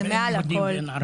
זה מעל הכול.